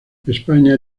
españa